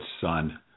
son